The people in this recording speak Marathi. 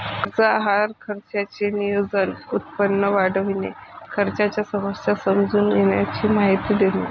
कर्ज आहार खर्चाचे नियोजन, उत्पन्न वाढविणे, खर्चाच्या समस्या समजून घेण्याची माहिती देणे